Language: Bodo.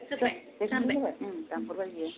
उम दानहरबाय बियो